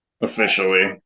officially